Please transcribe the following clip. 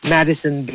Madison